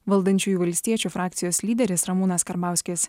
valdančiųjų valstiečių frakcijos lyderis ramūnas karbauskis